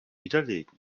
widerlegen